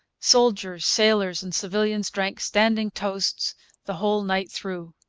soldiers, sailors, and civilians drank standing toasts the whole night through.